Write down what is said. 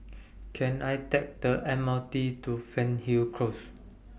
Can I Take The M R T to Fernhill Close